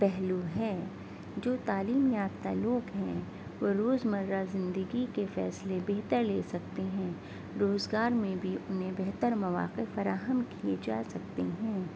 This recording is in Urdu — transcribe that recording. پہلو ہے جو تعلیم یافتہ لوگ ہیں وہ روزمرہ زندگی کے فیصلے بہتر لے سکتے ہیں روزگار میں بھی انہیں بہتر مواقع فراہم کیے جا سکتے ہیں